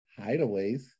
Hideaways